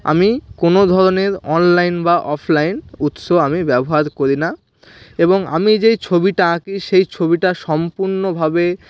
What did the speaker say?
আমি কোনো ধরনের অনলাইন বা অফলাইন উৎস আমি ব্যবহার করি না এবং আমি যেই ছবিটা আঁকি সেই ছবিটা সম্পূর্ণভাবে